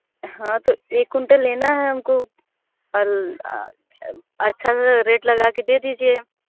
हाँ तो एक कुंटल लेना है हमको अच्छा सा रेट लगा कर दे दीजिए